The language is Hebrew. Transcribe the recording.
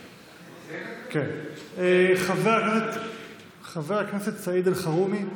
חוק, חבר הכנסת סעיד אלחרומי,